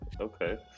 Okay